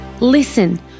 Listen